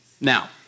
Now